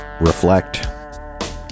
reflect